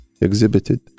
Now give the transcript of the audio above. exhibited